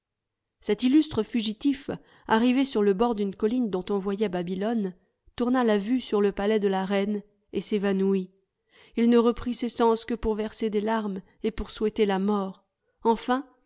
cet illustre fugitif arrivé sur le bord d'une colline dont on voyait babylone tourna la vue sur le palais de la reine et s'évanouit il ne reprit ses sens que pour verser des larmes et pour souhaiter la mort enfin